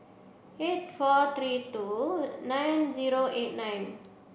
eight four three two nine zero eight nine